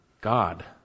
God